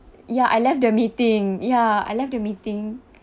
ya I left the meeting ya I left the meeting